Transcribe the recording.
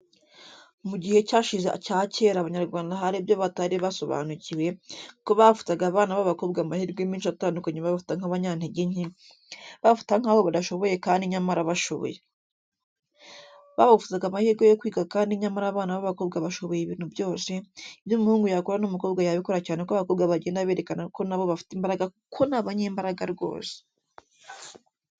Mu gihe cyashize cya kera Abanyarwanda hari ibyo batari basobanukiwe, kuko bavutsaga abana b'abakobwa amahirwe menshi atandukanye babafata nk'abanyanteke nke, babafata nkaho badashoboye kandi nyamara bashoboye. Babavutsaga amahirwe yo kwiga kandi nyamara abana b'abakobwa bashoboye ibintu byose, ibyo umuhungu yakora n'umukobwa yabikora cyane ko abakobwa bagenda berekana ko na bo bafite imbaraga kuko ni abanyembaraga rwose.